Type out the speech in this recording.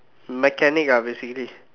mechanic ah basically